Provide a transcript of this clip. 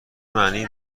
معنی